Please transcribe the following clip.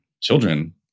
children